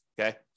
Okay